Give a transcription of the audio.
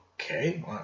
Okay